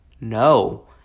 No